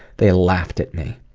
they laughed at me.